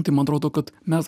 tai man atrodo kad mes